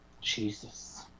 Jesus